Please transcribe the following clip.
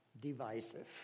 divisive